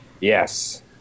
Yes